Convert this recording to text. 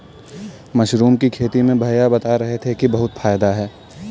mushroom की खेती में भैया बता रहे थे कि बहुत फायदा है